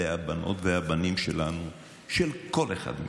אלה הבנות והבנים שלנו, של כל אחד מאיתנו.